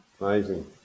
Amazing